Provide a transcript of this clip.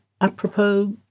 apropos